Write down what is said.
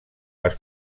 les